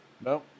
No